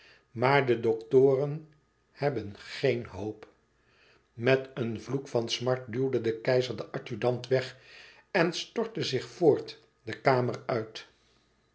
maar de doktoren hebben geen hoop met een vloek van smart duwde de keizer den adjudant weg en stortte zich voort de kamer uit